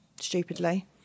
stupidly